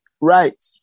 Right